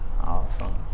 Awesome